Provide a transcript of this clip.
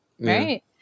right